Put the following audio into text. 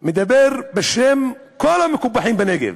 מדבר בשם כל המקופחים בנגב,